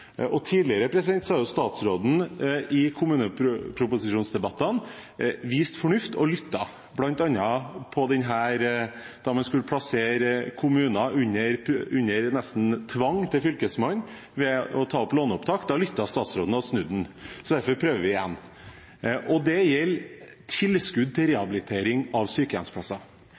Tidligere har statsråden i kommuneproposisjonsdebattene vist fornuft og lyttet, bl.a. da man skulle plassere kommuner under Fylkesmannen, nesten under tvang, ved å ta opp lån. Da lyttet statsråden og snudde. Derfor prøver vi igjen. Det gjelder tilskudd til rehabilitering av sykehjemsplasser.